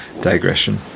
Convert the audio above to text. digression